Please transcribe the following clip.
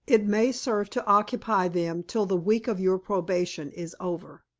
it may serve to occupy them till the week of your probation is over.